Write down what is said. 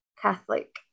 Catholic